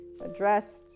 addressed